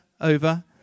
over